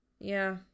Yeah